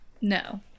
No